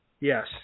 Yes